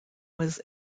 was